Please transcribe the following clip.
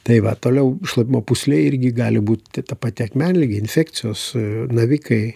tai va toliau šlapimo pūslė irgi gali būti ta pati akmenligė infekcijos navikai